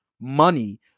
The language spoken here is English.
money